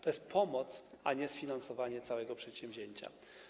To jest pomoc, a nie sfinansowanie całego przedsięwzięcia.